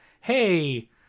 hey